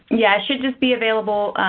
yeah should just be available.